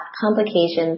complications